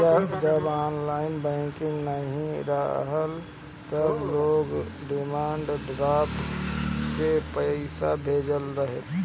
जब online banking नाइ रहल तअ लोग डिमांड ड्राफ्ट से पईसा भेजत रहे